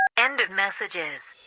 end of messages